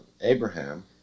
Abraham